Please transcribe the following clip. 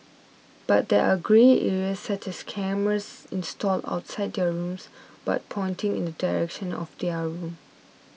but there are grey areas such as cameras installed outside their rooms but pointing in the direction of their rooms